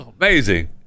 Amazing